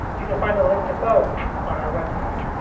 you can find a link to both on our website.